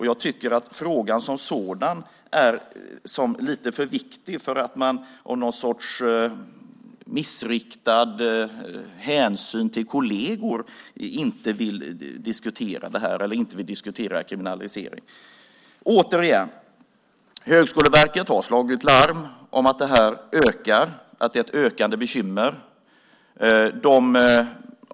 Jag tycker att frågan som sådan är lite för viktig för att man av någon sorts missriktad hänsyn till kolleger inte vill diskutera kriminalisering. Återigen: Högskoleverket har slagit larm om att det här ökar, att det är ett ökande bekymmer.